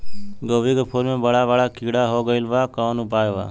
गोभी के फूल मे बड़ा बड़ा कीड़ा हो गइलबा कवन उपाय बा?